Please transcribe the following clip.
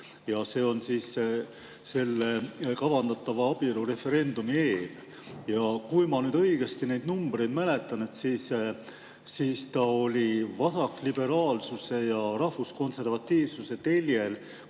See oli kavandatava abielureferendumi eel. Kui ma nüüd õigesti neid numbreid mäletan, siis see oli vasakliberaalsuse ja rahvuskonservatiivsuse teljel